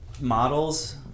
models